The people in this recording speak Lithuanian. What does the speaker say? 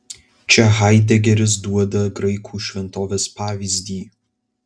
čia haidegeris duoda graikų šventovės pavyzdį